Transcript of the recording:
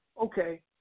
okay